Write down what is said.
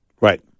right